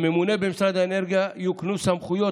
לממונה במשרד האנרגיה יוקנו סמכויות